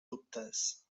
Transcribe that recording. dubtes